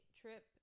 trip